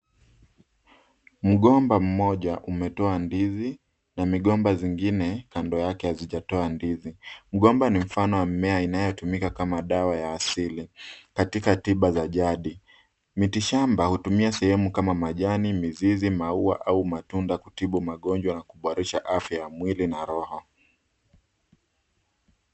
Mgomba mmoja umetoa ndizi, na migomba zingine kando yake hazijatoa ndizi. Mgomba ni mfano wa mimea inayotumika kama dawa ya asili, katika tiba za jadi. Mitishamba hutumia sehemu kama majani, mizizi, maua au matunda kutibu magonjwa na kuboresha afya ya mwili na roho.